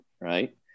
Right